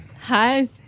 Hi